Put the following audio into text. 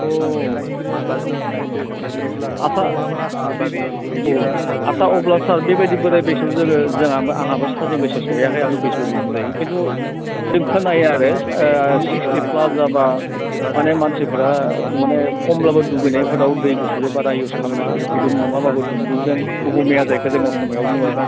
अ अ आस्सा औ आस्सा अब्ला सार बेबायदि बोराय बैसोआव जोङो जोंहा आंहाबो सारनि बैसोआ सहैयाखै आं बिस बोसोर उन्दै दायो खिन्थु जों खोनायो आरो सार सिकस्टि प्लास जाब्ला माने मानसिफोरा माने खमब्लाबो दुगैनायफोराव दै गुसुजो बारा इउस खालाम नाङा गुदुं नङाब्लाबो दुंब्रुदजों कुहुमिया जायखौ जों असमियायाव बुङो